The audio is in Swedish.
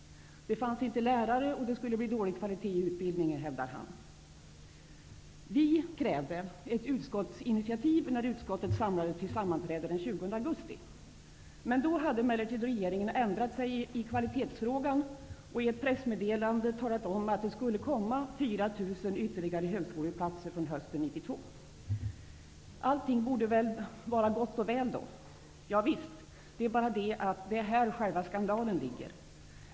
Det fanns inte lärare och det skulle bli dålig kvalitet i utbildningen, hävdade han. Vi krävde också ett utskottsinitiativ när utskottet samlades till sammanträde den 20 augusti. Då hade emellertid regeringen ändrat sig i kvalitetsfrågan och i ett pressmeddelande talat om att det skulle komma 4 000 ytterligare högskoleplatser från hösten 1992. Allting borde väl då ha varit gott och väl. Det är bara det att det är här själva skandalen ligger.